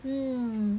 mm